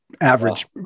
average